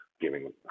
giving